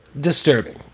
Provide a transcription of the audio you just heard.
Disturbing